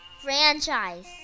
franchise